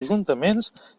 ajuntaments